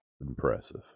impressive